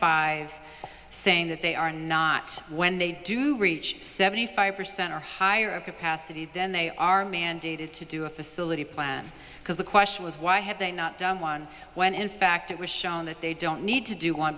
five saying that they are not when they do reach seventy five percent or higher of capacity then they are mandated to do a facility plan because the question was why have they not done one when in fact it was shown that they don't need to do